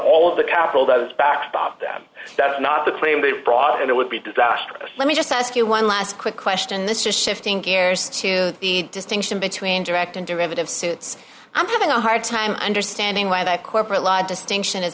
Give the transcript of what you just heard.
all of the capital that is backstop that that's not the claim they brought in it would be disastrous let me just ask you one last quick question this is shifting gears to the distinction between direct and derivative i'm having a hard time understanding why that corporate law distinction is